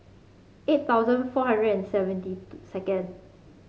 eight thousand four hundred and seventy two second